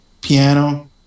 piano